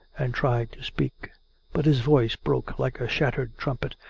and tried to speak but his voice broke like a shattered trumpet,